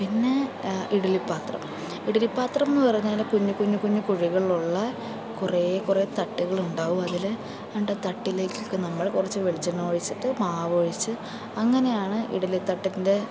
പിന്നെ ഇഡ്ഡലിപ്പാത്രം ഇഡലിപ്പാത്രമെന്നു പറഞ്ഞാൽ കുഞ്ഞു കുഞ്ഞു കുഞ്ഞു കുഴികളുള്ള കുറേ കുറേ തട്ടുകളുണ്ടാകും അതിൽ എന്നിട്ട് തട്ടിലേക്ക് നമ്മൾ കുറച്ച് വെളിച്ചെണ്ണ ഒഴിച്ചിട്ട് മാവൊഴിച്ച് അങ്ങനെയാണ് ഇഡ്ഡലിത്തട്ടിൻ്റെ